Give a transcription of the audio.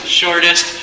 shortest